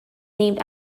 named